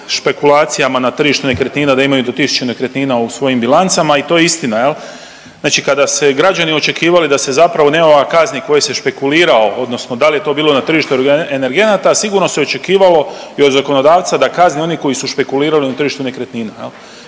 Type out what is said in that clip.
špekulacijama na tržištu nekretnina da imaju do 1000 nekretnina u svojim bilancama i to je istina. Znači kada su građani očekivali da se zapravo nekoga kazni koji je špekulirao, odnosno da li je to bilo na tržištu energenata sigurno se očekivalo i od zakonodavca da kazni one koji su špekulirali na tržištu nekretnina, jer